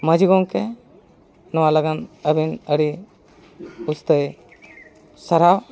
ᱢᱟᱹᱡᱷᱤ ᱜᱚᱢᱠᱮ ᱱᱚᱣᱟ ᱞᱟᱜᱟᱫ ᱟᱹᱵᱤᱱ ᱟᱹᱰᱤ ᱵᱮᱥᱛᱮ ᱥᱟᱨᱦᱟᱣ